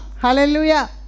Hallelujah